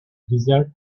desert